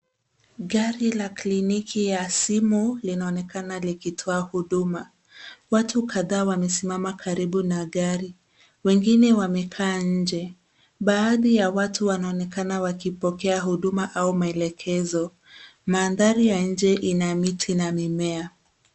Gari la kliniki ya simu linaonekana likitoa huduma. Watu kadhaa wamesimama karibu na gari, wengine wamekaa nje. Baadhi ya watu wanaonekana wakipokea huduma au maelekezo. Mandhari ya nje ina miti na mimea.